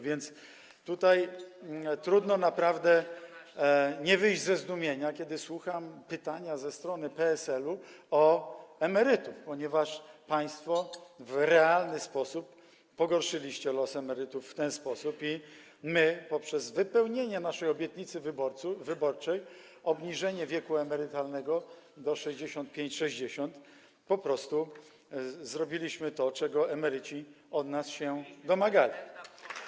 Więc trudno naprawdę nie wyjść ze zdumienia, kiedy słucham pytania ze strony PSL-u o emerytów, ponieważ państwo w realny sposób pogorszyliście los emerytów w ten sposób i my, poprzez wypełnienie naszej obietnicy wyborczej, tj. obniżenie wieku emerytalnego do 65, 60 lat, po prostu zrobiliśmy to, czego emeryci od nas się domagali.